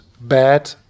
bad